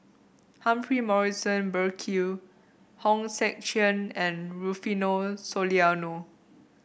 Humphrey Morrison Burkill Hong Sek Chern and Rufino Soliano